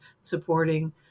supporting